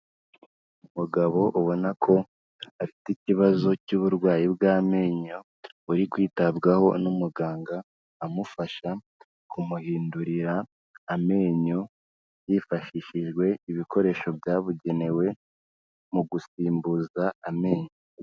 Umugabo ubona ko afite ikibazo cy'uburwayi bw'amenyo, uri kwitabwaho n'umuganga amufasha kumuhindurira amenyo, hifashishijwe ibikoresho byabugenewe, mu gusimbuza amenyo.